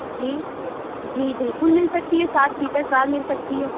جی جی بالکل مل سکتی ہے سات سیٹر کار مل سکتی ہے